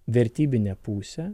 vertybinę pusę